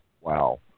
wow